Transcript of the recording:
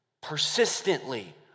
persistently